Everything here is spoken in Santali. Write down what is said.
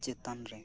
ᱪᱮᱛᱟᱱ ᱨᱮ